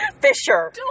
fisher